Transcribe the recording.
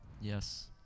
Yes